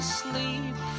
sleep